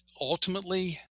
ultimately